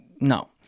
no